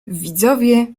widzowie